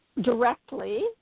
directly